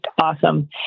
awesome